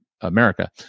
america